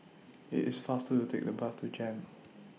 IT IS faster to Take The Bus to Jem